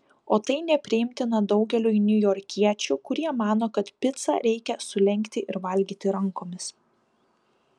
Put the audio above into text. o tai nepriimtina daugeliui niujorkiečių kurie mano kad picą reikia sulenkti ir valgyti rankomis